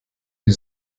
die